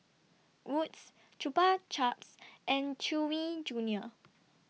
Wood's Chupa Chups and Chewy Junior